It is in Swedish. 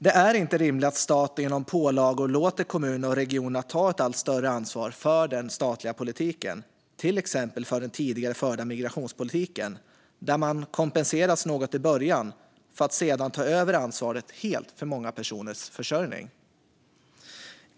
Det är inte rimligt att staten genom pålagor låter kommunerna och regionerna ta ett allt större ansvar för den statliga politiken, till exempel för den tidigare förda migrationspolitiken, där man kompenseras något i början för att sedan ta över ansvaret helt för många personers försörjning.